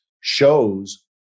shows